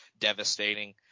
devastating